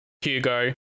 hugo